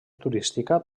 turística